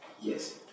Yes